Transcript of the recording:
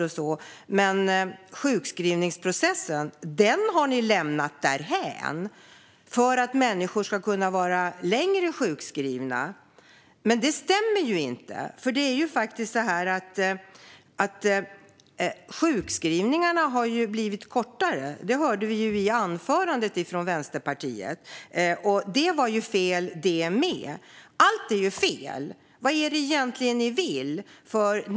Hon säger att vi har lämnat sjukskrivningsprocessen för att människor ska kunna vara sjukskrivna längre därhän. Men det stämmer inte. Sjukskrivningarna har ju blivit kortare. Det hörde vi i anförandet från Vänsterpartiet, men det var ju fel det också. Allt är fel! Vad är det egentligen ni vill?